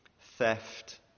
theft